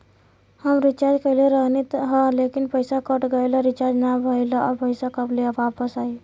हम रीचार्ज कईले रहनी ह लेकिन पईसा कट गएल ह रीचार्ज ना भइल ह और पईसा कब ले आईवापस?